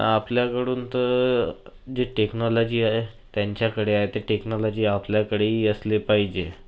आपल्याकडून तर जे टेक्नॉलॉजी आहे त्यांच्याकडे आहे ते टेक्नॉलॉजी आपल्याकडेही असली पाहिजे